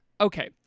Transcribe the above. Okay